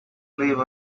live